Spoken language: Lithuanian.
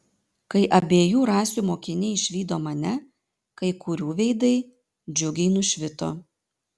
kai abiejų rasių mokiniai išvydo mane kai kurių veidai džiugiai nušvito